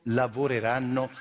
lavoreranno